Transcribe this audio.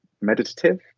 meditative